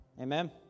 Amen